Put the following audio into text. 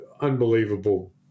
unbelievable